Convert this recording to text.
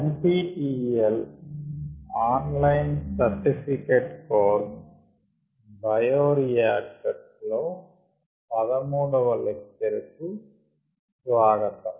NPTEL online certificate course bioreactors లో 13వ lecture కు స్వాగతం